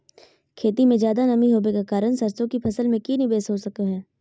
खेत में ज्यादा नमी होबे के कारण सरसों की फसल में की निवेस हो सको हय?